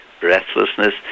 breathlessness